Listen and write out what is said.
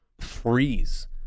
freeze